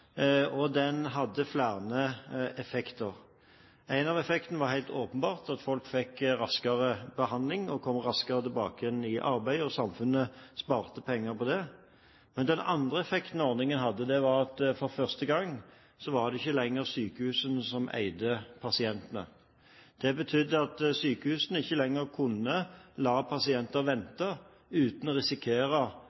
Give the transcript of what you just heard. og den hadde flere effekter. En av effektene var helt åpenbart at folk fikk raskere behandling og kom raskere tilbake i arbeid, og samfunnet sparte penger på det. Men den andre effekten ordningen hadde, var at for første gang var det ikke lenger sykehusene som eide pasientene. Det betydde at sykehusene ikke lenger kunne la pasienter